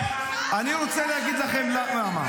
אותך צריך להרחיק כי אתה תומך טרור.